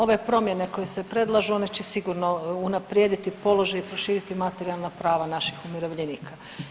Ove promjene koje se predlažu one će sigurno unaprijediti položaj i proširiti materijalna prava naših umirovljenika.